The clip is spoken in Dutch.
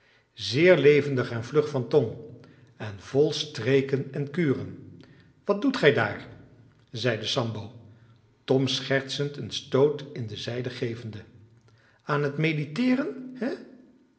zeer levendig en vlug van tong en vol streken en kuren wat doet gij daar zeide sambo tom schertsend een stoot in de zijde gevende aan het mediteeren he